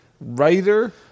Writer